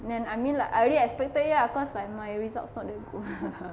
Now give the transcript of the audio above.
then I mean like I already expected it lah cause like my results not that good